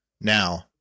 now